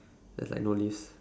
there's like no leaves